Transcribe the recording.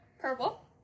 Purple